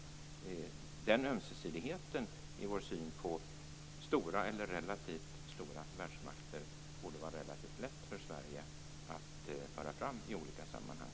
Den ömsesidigheten i vår syn på stora eller relativt stora världsmakter borde vara relativt lätt för Sverige att föra fram i olika sammanhang.